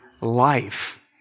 life